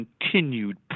continued